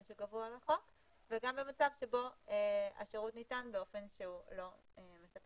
שקבוע בחוק וגם במצב שבו השירות ניתן באופן שהוא לא מספק,